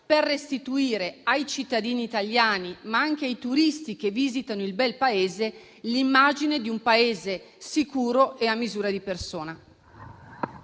per restituire ai cittadini italiani, ma anche ai turisti che visitano il bel Paese, l'immagine di un Paese sicuro e a misura di persona?